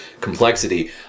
complexity